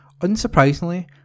Unsurprisingly